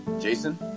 Jason